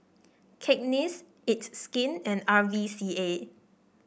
Cakenis It's Skin and R V C A